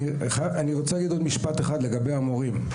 אני רוצה להגיד עוד משפט אחד לגבי המורים: